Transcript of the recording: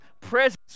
presence